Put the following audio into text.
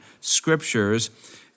scriptures